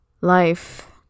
life